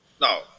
No